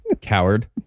coward